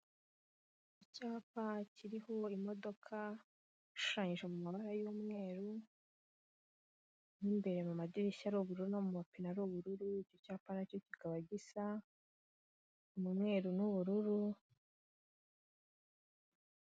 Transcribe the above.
Icyapa kiriho imodoka ishushanyije mu mabara y'umweru n'imbere mu madirishya ari ubururu no mu mumapine ari ubururu. icyo cyapa nacyo kikaba gisa umweru n'ubururu.